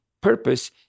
purpose